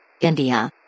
India